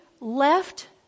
left